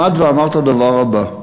עמד ואמר את הדבר הבא: